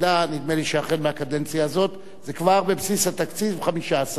נדמה לי שהחל מהקדנציה הזאת זה כבר בבסיס התקציב 15 מיליון.